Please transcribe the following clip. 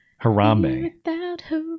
Harambe